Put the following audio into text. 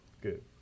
Good